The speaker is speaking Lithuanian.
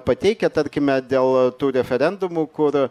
pateikę tarkime dėl tų referendumų kur